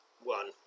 one